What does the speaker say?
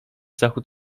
zachód